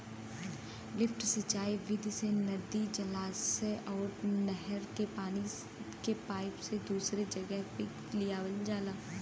lift सिंचाई विधि से नदी, जलाशय अउर नहर के पानी के पाईप से दूसरी जगह पे लियावल जाला